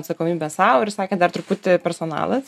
atsakomybę sau ir sakė dar truputį personalas